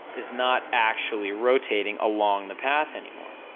is not actually rotating along the path anymore.